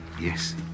Yes